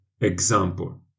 example